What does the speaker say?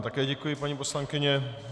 Také vám děkuji, paní poslankyně.